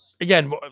again